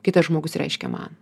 kitas žmogus reiškia man